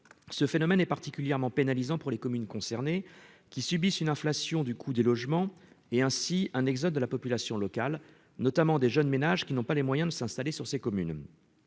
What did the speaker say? Ce phénomène est particulièrement pénalisant pour les communes concernées, qui subissent une inflation du coût des logements et ainsi un exode de la population locale. Il s'agit notamment de jeunes ménages qui n'ont pas les moyens de s'y installer. De manière